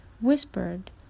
whispered